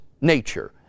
nature